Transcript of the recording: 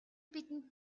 бидэнд